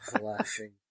laughing